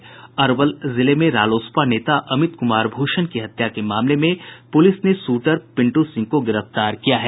अरवल जिले में रालोसपा नेता अमित कुमार भूषण की हत्या के मामले में पुलिस ने शूटर पिंटू सिंह को गिरफ्तार किया है